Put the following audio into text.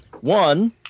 One